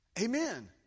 Amen